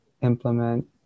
implement